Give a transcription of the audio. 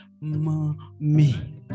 mommy